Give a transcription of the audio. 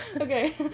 Okay